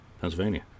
Pennsylvania